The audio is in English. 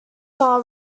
bar